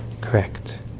correct